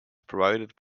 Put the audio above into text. provided